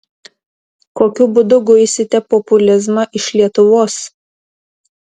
kokiu būdu guisite populizmą iš lietuvos